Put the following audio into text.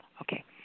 Okay